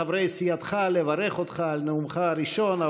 מחברי סיעתך לברך אותך על נאומך הראשון,